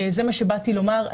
זה מה שבאתי לומר.